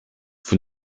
vous